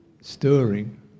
stirring